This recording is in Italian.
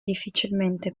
difficilmente